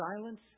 silence